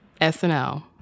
SNL